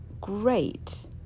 great